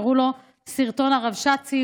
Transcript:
קראו לו "סרטון הרבש"צים".